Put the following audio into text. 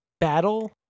Battle